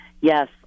yes